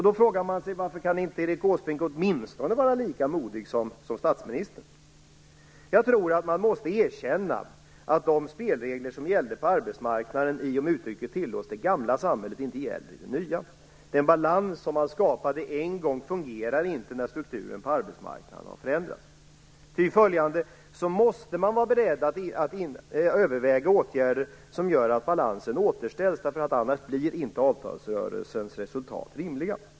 Då frågar man sig varför Erik Åsbrink inte kan vara åtminstone lika modig som statsministern. Jag tror att man måste erkänna att de spelregler som gällde på arbetsmarknaden i det gamla samhället - om uttrycket tillåts - inte gäller i det nya. Den balans som man skapade en gång fungerar inte när strukturen på arbetsmarknaden har förändrats. Ty följande måste man vara beredd att överväga åtgärder som gör att balansen återställs, annars blir inte avtalsrörelsens resultat rimliga.